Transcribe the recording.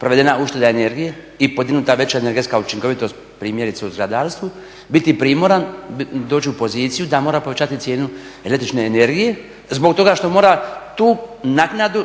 provedena ušteda energije i podignuta veća energetska učinkovitost primjerice u zgradarstvu biti primoran doći u poziciju da mora povećati cijenu električne energije zbog toga što mora tu naknadu,